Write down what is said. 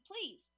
please